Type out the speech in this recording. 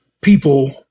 people